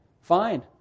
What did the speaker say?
fine